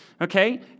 okay